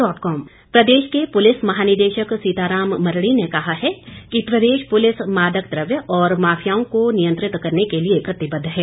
DGP प्रदेश के police महानिदेशक सीताराम मरडी ने कहा है कि प्रदेश पुलिस मादक द्रव्य और माफियाओं को नियंत्रित करने के लिए प्रतिबद्ध है